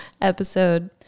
episode